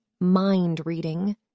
mind-reading